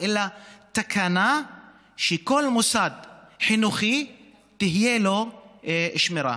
אלא תקנה שכל מוסד חינוכי תהיה לו שמירה.